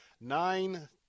Nine